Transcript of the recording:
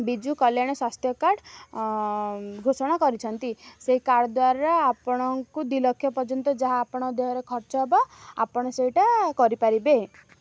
Biju Kalyan Swasthya card ଘୋଷଣା କରିଛନ୍ତି ସେଇ କାର୍ଡ଼ ଦ୍ୱାରା ଆପଣଙ୍କୁ ଦୁଇ ଲକ୍ଷ ପର୍ଯ୍ୟନ୍ତ ଯାହା ଆପଣ ଦେହରେ ଖର୍ଚ୍ଚ ହବ ଆପଣ ସେଇଟା କରିପାରିବେ